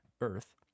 Earth